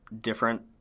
different